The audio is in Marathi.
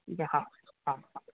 ठीक आहे हा हा हा